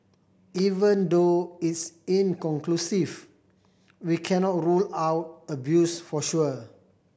even though it's inconclusive we cannot rule out abuse for sure